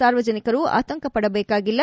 ಸಾರ್ವಜನಿಕರು ಆತಂಕಪಡದೇಕಾಗಿಲ್ಲ